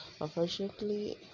Unfortunately